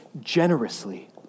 generously